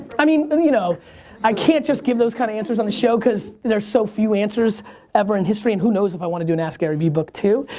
i mean you know i can't just give those kind of answers on the show because there's so few answers ever in history and who knows if i want to do an askgaryvee book two.